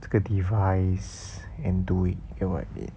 这个 device and do it you get what I mean